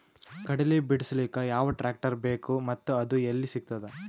ಕಡಲಿ ಬಿಡಿಸಲಕ ಯಾವ ಟ್ರಾಕ್ಟರ್ ಬೇಕ ಮತ್ತ ಅದು ಯಲ್ಲಿ ಸಿಗತದ?